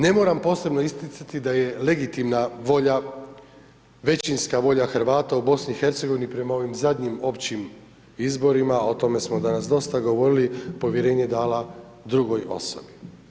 Ne moram posebno isticati da je legitimna volja većinska volja Hrvata u BiH prema ovim zadnjim općim izborima, o tome smo danas dosta govorili, povjerenje dala drugoj osobi.